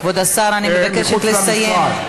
כבוד השר, אני מבקשת לסיים.